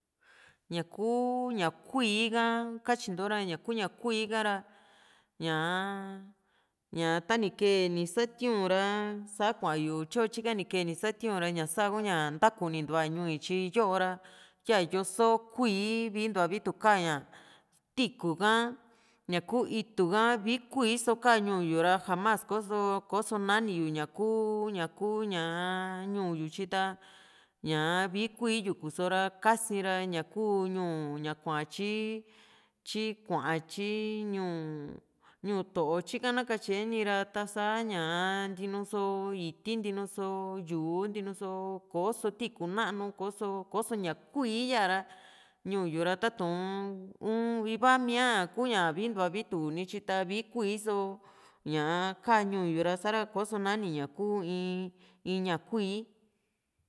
ña kuu ña kuíí ka katyinto ra ñaku ña kuíí kara ñaa ña tani kee ni satiu´n ra sa kuayu tyo tyika ni kee ni satiu´n ra ñasa kuña ntakunintuva ñuu yu tyi yo´ra yaa yoso kuíí vii vintua vituka ña tiikú kaa ñaku itu ka vii kuíí so kaa ñuu yuru ra jamás ko ko´so nani yu ñaku ñaku ña ñuu yu tyi ta ñaa vii kuíí yuku so ra kaii´n ra ñakuu ñuu ña kua tyi tyi kuaa tyi ñuu ñuu to´o tyika na katyeni ra ta´sa ñaa ntiinu soo iti ntinu so yu´u ntinu so ko´so tiikú nanu ko´soo ko´s o ña kuií yaara ñuu yu ra tatu´n uun iva miaa kuña vii ntua vii tu´ni tyi ta vii kuíí so ñaa kaa ñuu yura koso nanii ña kuu in ña kuíí